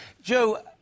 Joe